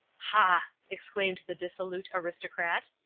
ha! exclaimed the dissolute aristocrat,